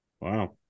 Wow